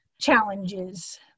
challenges